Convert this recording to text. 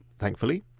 thankfully.